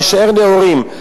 נישאר נאורים,